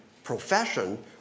profession